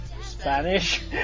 Spanish